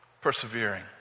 persevering